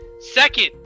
second